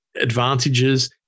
advantages